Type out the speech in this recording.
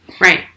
Right